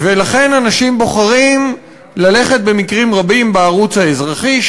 ולכן אנשים בוחרים ללכת במקרים רבים בערוץ האזרחי,